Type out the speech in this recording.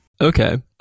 Okay